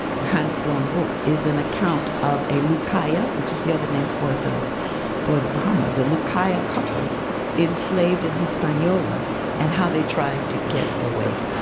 the hans sloane book, is an account of a lucaya, which is the other name for the for the bahamas, a lucaya couple enslaved in hispaniola and how they try to get away,